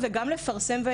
לפרסם,